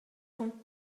ton